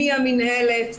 מי המינהלת,